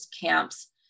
camps